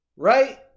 Right